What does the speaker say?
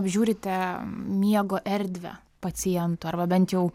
apžiūrite miego erdvę pacientų arba bent jau